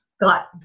got